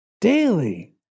daily